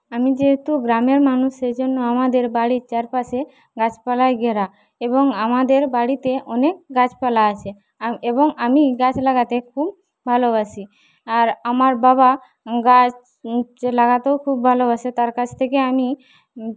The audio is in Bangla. আমি যেহেতু গ্রামের মানুষ সেই জন্য আমাদের বাড়ির চারপাশে গাছপালায় ঘেরা এবং আমাদের বাড়িতে অনেক গাছপালা আছে এবং আমি গাছ লাগাতে খুব ভালোবাসি আর আমার বাবা গাছ হচ্ছে লাগাতেও খুব ভালোবাসে তার কাছ থেকে আমি